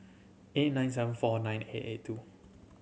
eight nine seven four nine eight eight two